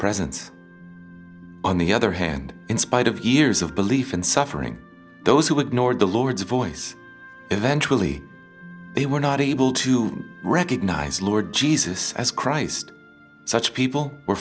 presence on the other hand in spite of years of belief and suffering those who ignored the lord's voice eventually they were not able to recognize lord jesus as christ such people were